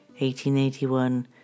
1881